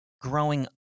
growing